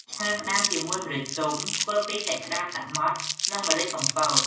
ឆាក្តាមជាមួយម្រេចទុំធ្វើពីសាច់ក្តាមសមុទ្រ និងម្រេចកំពត។